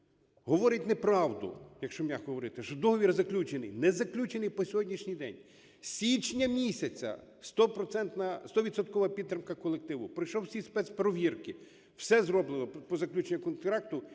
говорить неправду, якщо м'яко говорити, що договір заключений. Не заключений по сьогоднішній день. З січня місяця стовідсоткова підтримка колективу, пройшов всі спецперевірки, все зроблено по заключенню контракту.